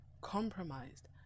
compromised